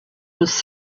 was